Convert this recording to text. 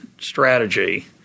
strategy